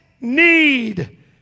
need